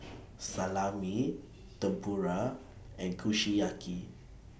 Salami Tempura and Kushiyaki